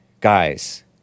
guys